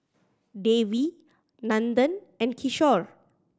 Devi Nandan and Kishore